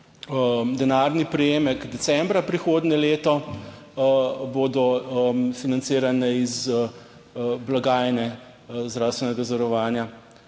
denarni prejemek decembra prihodnje leto bodo financirane iz blagajne zdravstvenega zavarovanja